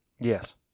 Yes